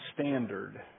standard